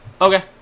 Okay